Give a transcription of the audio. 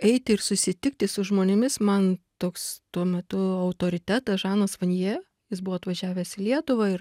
eiti ir susitikti su žmonėmis man toks tuo metu autoritetas žanas vanjė jis buvo atvažiavęs į lietuvą ir